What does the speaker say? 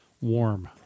warm